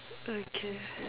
okay